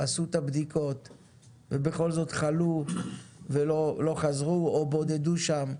עשו את הבדיקות ובכל זאת חלו ולא חזרו או בודדו שם.